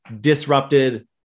disrupted